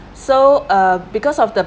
so uh because of the